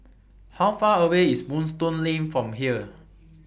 How Far away IS Moonstone Lane from here